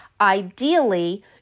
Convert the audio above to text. Ideally